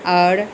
आओर